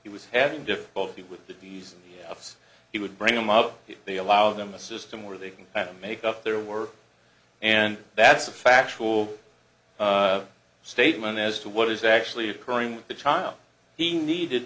he was having difficulty with the d a s office he would bring them up they allowed them a system where they can make up their work and that's a factual statement as to what is actually occurring with the child he needed